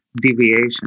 deviation